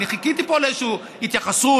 אני חיכיתי פה לאיזושהי התייחסות,